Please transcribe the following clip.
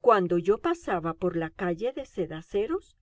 cuando yo pasaba por la calle de cedaceros